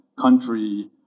country